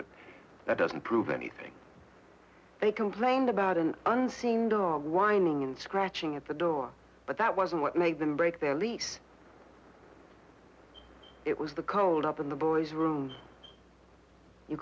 but that doesn't prove anything they complained about an unseen dog whining and scratching at the door but that wasn't what made them break their lease it was the cold up in the boys rooms you